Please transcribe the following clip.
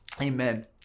Amen